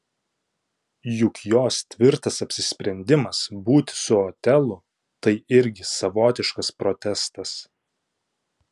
juk jos tvirtas apsisprendimas būti su otelu tai irgi savotiškas protestas